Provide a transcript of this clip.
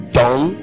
done